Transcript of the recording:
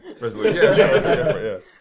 resolution